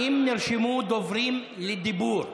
האם נרשמו דוברים לדיבור?